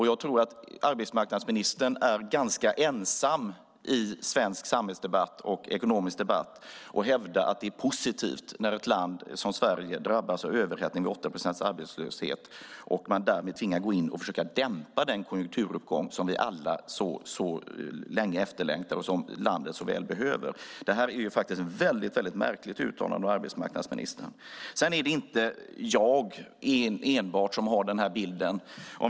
Jag tror att arbetsmarknadsministern är ganska ensam i svensk samhällsdebatt och ekonomisk debatt om att hävda att det är positivt när ett land som Sverige drabbas av överhettning, 8 procents arbetslöshet och man därmed tvingas gå in och försöka dämpa den konjunkturuppgång som vi alla längtar efter och som landet så väl behöver. Det här är faktiskt ett väldigt märkligt uttalande av arbetsmarknadsministern. Det är inte enbart jag som har den här bilden.